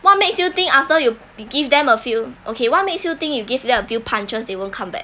what makes you think after you give them a few okay what makes you think you give them a few punches they won't come back